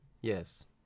Yes